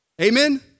Amen